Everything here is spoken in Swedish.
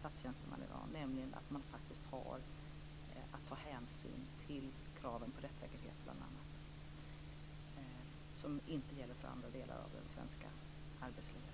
statstjänsteman i dag. Man har faktiskt att ta hänsyn till kraven på rättssäkerhet bl.a., som inte gäller för andra delar av det svenska arbetslivet.